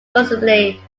considerably